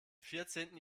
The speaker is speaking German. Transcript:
vierzehnten